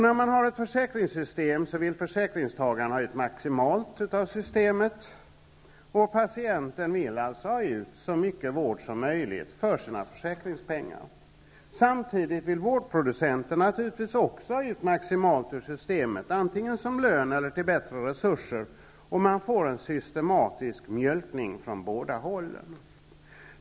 När man har ett försäkringssystem vill försäkringstagarna ha ut maximalt av systemet, och patienten vill alltså ha ut så mycket vård som möjligt för sina försäkringspengar. Samtidigt vill vårdproducenten naturligtvis också ha ut maximalt ur systemet, antingen som lön eller till bättre resurser. Man får på så sätt en systematisk mjölkning från båda hållen.